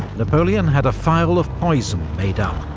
napoleon had a phial of poison made up,